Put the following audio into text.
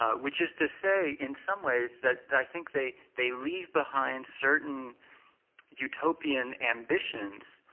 ah which is to say, in some ways, that i think they they leave behind certain utopian ambitions